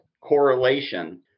correlation